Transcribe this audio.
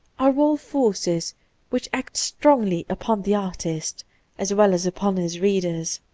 are all forces which act strongly upon the artist as well as upon his readers,